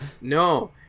no